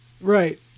Right